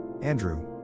Andrew